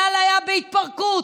אל על הייתה בהתפרקות,